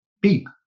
beep